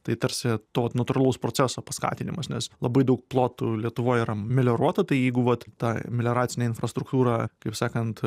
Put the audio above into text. tai tarsi to vat natūralaus proceso paskatinimas nes labai daug plotų lietuvoj yra melioruota tai jeigu vat ta melioracinė infrastruktūra kaip sakant